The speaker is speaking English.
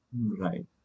Right